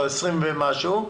20 ומשהו.